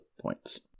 points